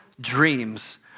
dreams